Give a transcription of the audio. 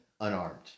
unarmed